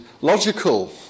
logical